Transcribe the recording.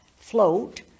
float